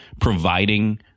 providing